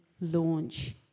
launch